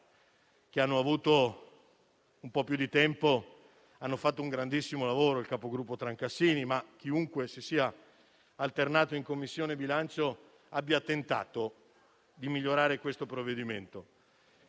che hanno avuto un po' più di tempo, hanno fatto un grandissimo lavoro; penso al capogruppo Trancassini, ma chiunque si sia alternato in Commissione bilancio ha tentato di migliorare questo provvedimento.